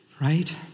Right